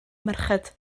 merched